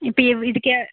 இப்போ இதற்கு